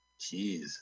Jeez